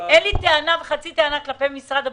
אין לי טענה וחצי טענה כלפי משרד הבריאות.